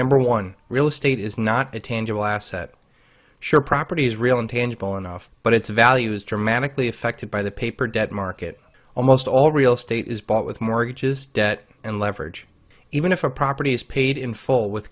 number one real estate is not a tangible asset sure property is real and tangible enough but its value is dramatically affected by the paper debt market almost all real estate is bought with mortgages debt and leverage even if a property is paid in full with